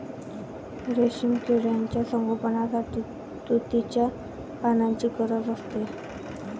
रेशीम किड्यांच्या संगोपनासाठी तुतीच्या पानांची गरज असते